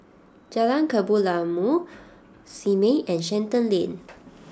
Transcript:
Jalan Kebun Limau Simei and Shenton Lane